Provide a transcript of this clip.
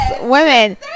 women